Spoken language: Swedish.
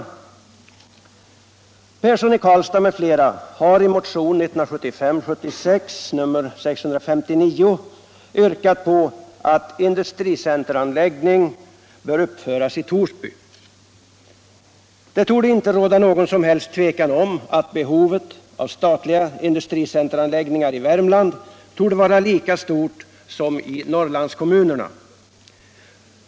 Herr Persson i Karlstad m.fl. har i motionen 1975/76:659 yrkat att industricenteranläggning skall uppföras i Torsby. Det torde inte råda några som helst tvivel om att behovet av statliga industricenteranläggningar i Värmland är lika stort som i Norrlandskommunerna.